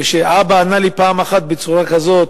וכשהאבא ענה לי פעם אחת בצורה כזאת: